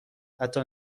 حتی